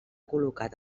col·locat